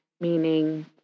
meaning